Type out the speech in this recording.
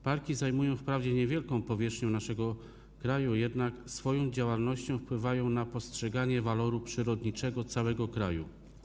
Parki zajmują wprawdzie niewielką powierzchnię naszego kraju, jednak swoją działalnością wpływają na postrzeganie waloru przyrodniczego całego kraju.